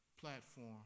platform